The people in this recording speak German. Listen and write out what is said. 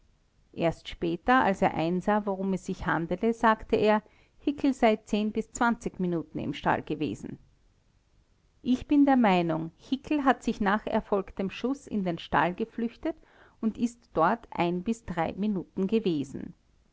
erst später als er einsah worum es sich handele sagte er hickel sei minuten im stall gewesen ich bin der meinung hickel hat sich nach erfolgtem schuß in den stall geflüchtet und ist dort minuten gewesen